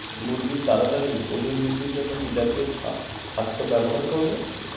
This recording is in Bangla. মুরগীর তাড়াতাড়ি ওজন বৃদ্ধির জন্য কি জাতীয় খাদ্য ব্যবহার করব?